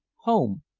home,